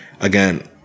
again